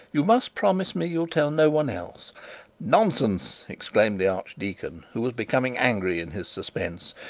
you must promise me you'll tell no one else nonsense! exclaimed the archdeacon, who was becoming angry in his suspense.